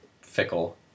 fickle